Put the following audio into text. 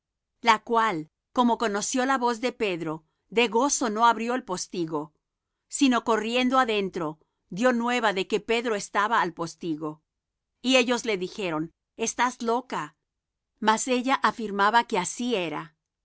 la cual como conoció la voz de pedro de gozo no abrió el postigo sino corriendo adentro dió nueva de que pedro estaba al postigo y ellos le dijeron estás loca mas ella afirmaba que así era